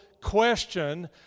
question